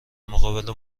مقابل